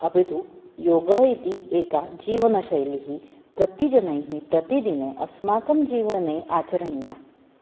अपि तु योगः इति एका जीवनशैली प्रतिजनैः प्रतिदिने अस्माकं जीवने आचरणीया